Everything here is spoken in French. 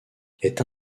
est